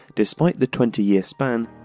despite the twenty-year span,